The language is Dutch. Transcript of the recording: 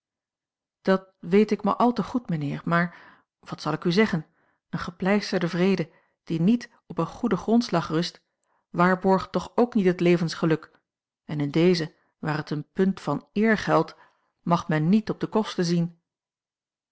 dat weet ik maar al te goed mijnheer maar wat zal ik u zeggen een gepleisterde vrede die niet op een goeden grondslag rust waarborgt toch ook niet het levensgeluk en in dezen waar het een pnnt van eer geldt mag men niet op de kosten zien